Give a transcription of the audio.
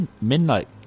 midnight